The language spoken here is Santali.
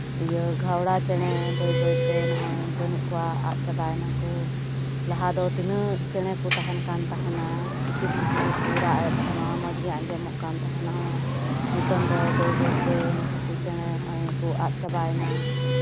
ᱤᱭᱟᱹ ᱜᱷᱟᱣᱲᱟ ᱪᱮᱬᱮ ᱵᱟᱹᱭ ᱵᱟᱹᱭᱛᱮ ᱱᱚᱜᱼᱚᱸᱭ ᱵᱟᱹᱱᱩᱜ ᱠᱚᱣᱟ ᱟᱫ ᱪᱟᱵᱟᱭᱮᱱᱟ ᱠᱚ ᱞᱟᱦᱟ ᱫᱚ ᱛᱤᱱᱟᱹᱜ ᱪᱮᱬᱮ ᱠᱚ ᱛᱟᱦᱮᱱ ᱠᱟᱱ ᱛᱟᱦᱮᱱᱟ ᱠᱤᱪᱤᱨ ᱢᱤᱪᱤᱨ ᱠᱚ ᱨᱟᱜ ᱮᱜ ᱛᱟᱦᱮᱱᱟ ᱢᱚᱡᱽ ᱜᱮ ᱟᱸᱡᱚᱢᱚᱜ ᱠᱟᱱ ᱛᱟᱦᱮᱱᱟ ᱱᱤᱛᱚᱝ ᱫᱚ ᱵᱟᱹᱭ ᱵᱟᱹᱭ ᱛᱮ ᱱᱩᱠᱩ ᱠᱚ ᱪᱮᱬᱮ ᱱᱚᱜᱼᱚᱸᱭ ᱠᱚ ᱟᱫ ᱪᱟᱵᱟᱭᱮᱱᱟ